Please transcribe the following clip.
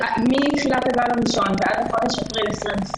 מתחילת הגל הראשון ועד לחודש אפריל 2020